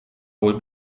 wohl